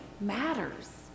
matters